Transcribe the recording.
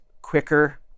quicker